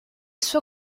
suo